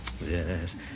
Yes